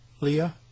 Leah